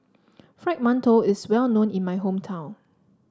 Fried Mantou is well known in my hometown